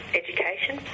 education